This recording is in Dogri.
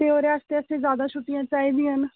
ते ओह्दे आस्तै असें जैदा छुट्टियां चाह्दियां न